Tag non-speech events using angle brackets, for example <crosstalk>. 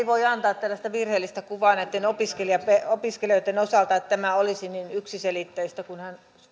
<unintelligible> voi antaa tällaista virheellistä kuvaa näitten opiskelijoitten osalta että tämä olisi niin yksiselitteistä kuin